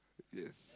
yes